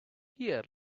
here